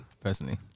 personally